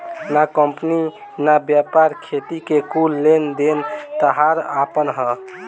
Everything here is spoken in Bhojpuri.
ना कंपनी ना व्यापार, खेती के कुल लेन देन ताहार आपन ह